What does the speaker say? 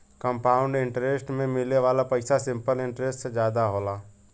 compound interest में मिले वाला पइसा सिंपल इंटरेस्ट से जादा होला